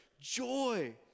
joy